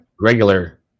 regular